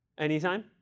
Anytime